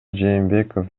жээнбеков